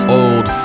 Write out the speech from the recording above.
old